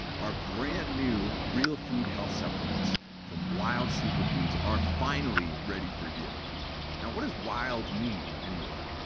our brand new real food health supplements from wild superfoods are finally ready for you. now what does wild mean anyway?